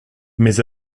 mes